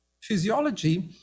Physiology